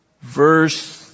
verse